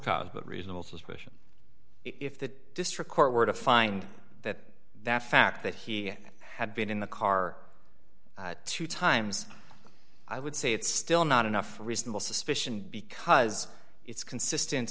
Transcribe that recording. cause but reasonable suspicion if the district court were to find the the fact that he had been in the car two times i would say it's still not enough for reasonable suspicion because it's consistent